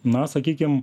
na sakykim